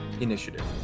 initiative